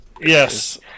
yes